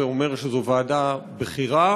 זה אומר שזו ועדה בכירה.